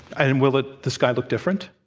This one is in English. and and will it the sky look different?